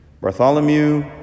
Bartholomew